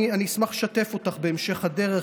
אני אשמח לשתף אותך בהמשך הדרך,